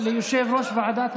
לא, לא, היא חוזרת לאותה ועדה,